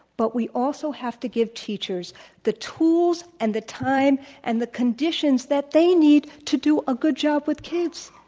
but we also have to give teachers the tools and the time and the conditions that they need to do a good job with kids.